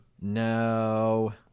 No